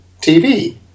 TV